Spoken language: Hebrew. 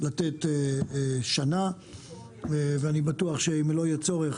לתת שנה ואני בטוח שאם לא יהיה צורך,